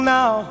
now